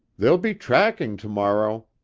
there'll be tracking tomorrow.